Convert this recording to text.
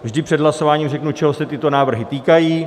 Vždy před hlasováním řeknu, čeho se tyto návrhy týkají.